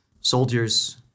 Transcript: soldiers